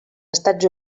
estats